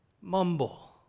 Mumble